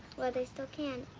while they still can.